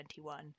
2021